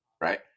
right